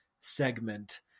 segment